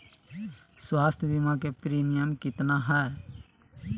स्वास्थ बीमा के प्रिमियम कितना है?